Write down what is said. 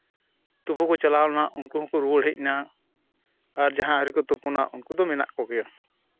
ᱛᱚᱵᱩ ᱠᱚ ᱪᱟᱞᱟᱣ ᱞᱮᱱᱟ ᱩᱱᱠᱩ ᱦᱚᱸᱠᱚ ᱨᱩᱣᱟᱹᱲ ᱦᱮᱡᱱᱟ ᱟᱨ ᱡᱟᱦᱟᱸ ᱟᱹᱣᱨᱤ ᱠᱚ ᱛᱩᱯᱩᱱᱟ ᱩᱱᱠᱩ ᱫᱚ ᱢᱮᱱᱟᱜ ᱠᱚᱜᱮᱭᱟ